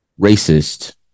racist